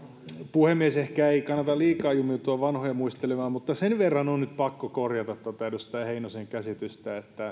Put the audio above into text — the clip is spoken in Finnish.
puhemies ehkä ei kannata liikaa jumiutua vanhoja muistelemaan mutta sen verran on nyt pakko korjata tuota edustaja heinosen käsitystä että